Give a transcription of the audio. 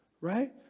right